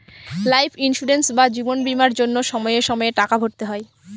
life insurance বা জীবন বীমার জন্য সময়ে সময়ে টাকা ভরতে হয়